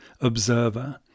observer